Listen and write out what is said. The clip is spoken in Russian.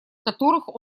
которых